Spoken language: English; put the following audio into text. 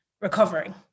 recovering